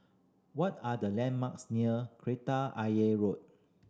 what are the landmarks near Kreta Ayer Road